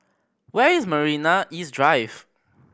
where is Marina East Drive